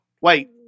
Wait